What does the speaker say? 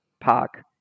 Park